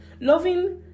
loving